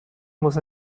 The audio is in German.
muss